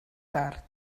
tard